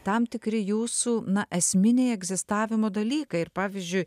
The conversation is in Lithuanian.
tam tikri jūsų na esminiai egzistavimo dalykai ir pavyzdžiui